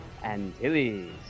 Antilles